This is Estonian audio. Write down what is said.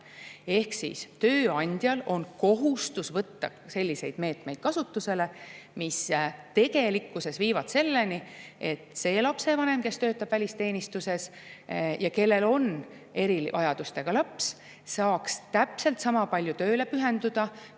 Ehk siis tööandjal on kohustus võtta kasutusele selliseid meetmeid, mis tegelikkuses viivad selleni, et see lapsevanem, kes töötab välisteenistuses ja kellel on erivajadustega laps, saaks täpselt sama palju tööle pühenduda